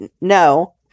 no